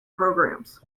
programs